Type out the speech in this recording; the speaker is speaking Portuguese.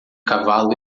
cavalo